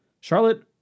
Charlotte